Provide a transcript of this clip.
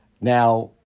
Now